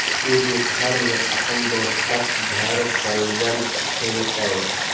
ऊ दुपहर मे अपन दोस्तक घर शलजम खेलकै